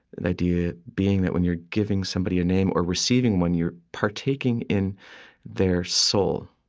the idea being that when you're giving somebody a name or receiving one, you're partaking in their soul.